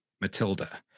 matilda